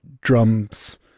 drums